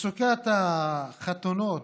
מצוקת החתונות